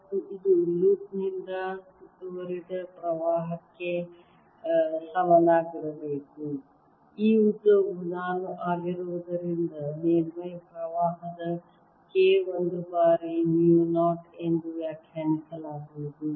ಮತ್ತು ಇದು ಈ ಲೂಪ್ ನಿಂದ ಸುತ್ತುವರಿದ ಪ್ರವಾಹಕ್ಕೆ ಸಮನಾಗಿರಬೇಕು ಈ ಉದ್ದವು ನಾನು ಆಗಿರುವುದರಿಂದ ಮೇಲ್ಮೈ ಪ್ರವಾಹದ K ಒಂದು ಬಾರಿ ಮು 0 ಎಂದು ವ್ಯಾಖ್ಯಾನಿಸಲಾಗುವುದು